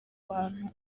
bantu